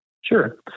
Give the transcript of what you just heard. Sure